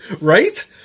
Right